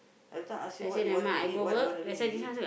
everytime ask you what you want to eat what you eat you eat